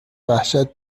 وحشت